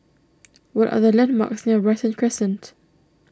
what are the landmarks near Brighton Crescent